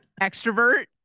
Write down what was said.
Extrovert